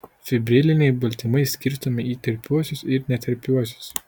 fibriliniai baltymai skirstomi į tirpiuosius ir netirpiuosius